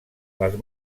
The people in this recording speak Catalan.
les